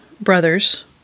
brothers